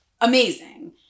amazing